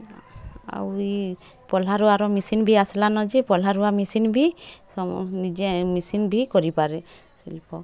ଆଉ ଇ ପହ୍ଲା ରୁଆର ମେସିନ୍ ବି ଆସ୍ଲାନ ଯେ ପହ୍ଲା ରୁଆ ମେସିନ୍ ବି ନିଜେ ମେସିନ୍ ବି କରିପାରେ ଶିଳ୍ପ